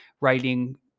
writing